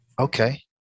okay